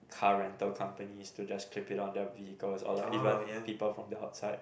car rental companies to just clip it on their vehicles or like even people from the outside